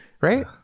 right